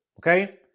okay